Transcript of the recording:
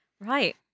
Right